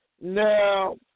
Now